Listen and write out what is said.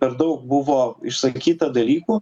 per daug buvo išsakyta dalykų